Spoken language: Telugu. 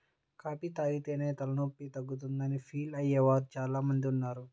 కాఫీ తాగితేనే తలనొప్పి తగ్గుతుందని ఫీల్ అయ్యే వారు చాలా మంది ఉన్నారు